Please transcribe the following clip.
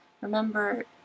Remember